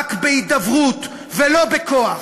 רק בהידברות ולא בכוח.